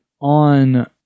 on